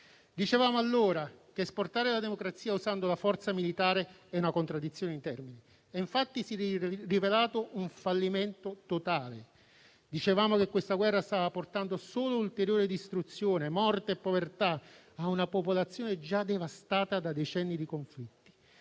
Dicevamo allora che esportare la democrazia usando la forza militare è una contraddizione di termini e infatti si è rivelato un fallimento totale. Dicevamo che questa guerra stava portando solo ulteriore distruzione, morte e povertà a una popolazione già devastata da decenni di conflitti.